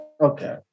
okay